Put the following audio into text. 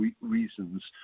reasons